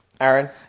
Aaron